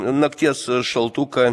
nakties šaltuką